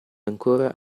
ancora